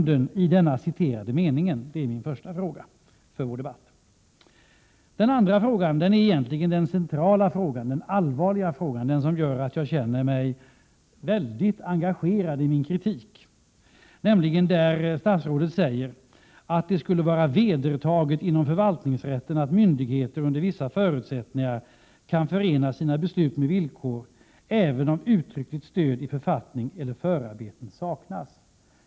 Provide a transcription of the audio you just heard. Den andra frågan för debatten är egentligen den centrala, allvarliga frågan, som gör att jag känner mig mycket engagerad i min kritik. Statsrådet säger nämligen att det skulle vara ”vedertaget inom förvaltningsrätten att myndigheter under vissa förutsättningar kan förena sina beslut med villkor även om uttryckligt stöd i författning eller förarbeten saknas”.